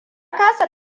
kasa